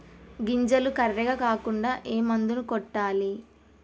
గింజలు కర్రెగ కాకుండా ఏ మందును కొట్టాలి?